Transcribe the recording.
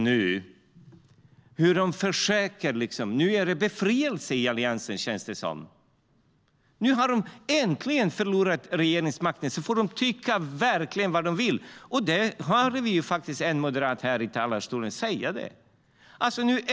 Nu är det en befrielse i Alliansen, känns det som. Nu har de äntligen förlorat regeringsmakten och får tycka vad de vill, och det hörde vi faktiskt en moderat här i talarstolen säga.